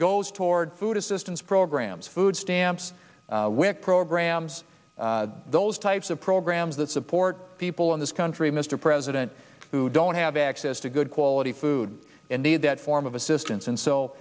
goes toward food assistance programs food stamps wic programs those types of programs that support people in this country mr president who don't have access to good quality food and need that form of assistance and so